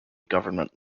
government